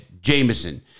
Jameson